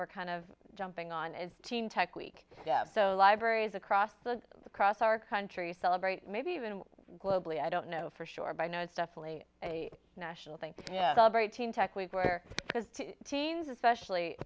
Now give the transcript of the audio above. we're kind of jumping on it's teen tech week so libraries across the across our country celebrate maybe even globally i don't know for sure but i know it's definitely a national thing because teens especially